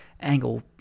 Angle